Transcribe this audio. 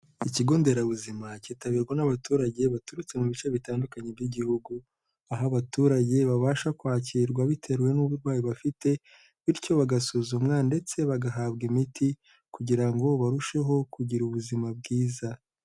Ikigo nderabuzima cyitabirwa n'abaturage baturutse mu bice bitandukanye by'igihugu, aho abaturage babasha kwakirwa bitewe n'uburwayi bafite, bityo bagasuzumwa ndetse bagahabwa imiti kugira ngo barusheho kugira ubuzima bwiza.